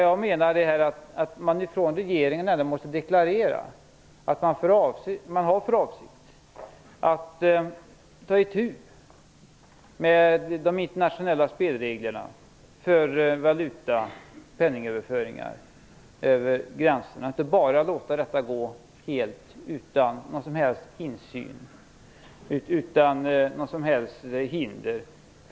Jag menar att regeringen måste deklarera att man har för avsikt att ta itu med de internationella spelreglerna för valuta och penningöverföringar över gränserna och inte bara låta det pågå utan någon som helst insyn och utan något som helst hinder.